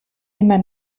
immer